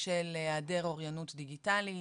בשל היעדר אוריינות דיגיטלית,